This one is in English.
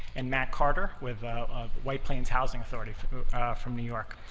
and matt carter with white plains housing authority from new york.